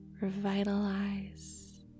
revitalize